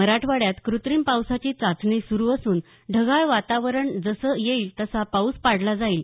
मराठवाड्यात कृत्रिम पावसाची चाचणी सुरू असून ढगाळ वातावरण जसं येईल तसा पाऊस पाडला जाईल